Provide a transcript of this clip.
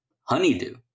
Honeydew